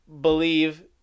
believe